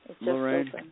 Lorraine